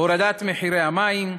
הורדת מחירי המים,